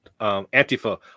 Antifa